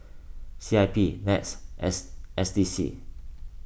C I P NETS S S D C